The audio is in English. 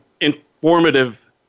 informative